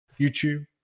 YouTube